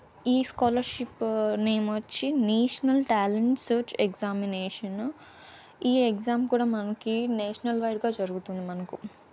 ఈ scholarship name వచ్చి national talent search examination ఈ ఎగ్జామ్ కూడా మనకి నేషనల్ వైడ్గా జరుగుతుంది మనకు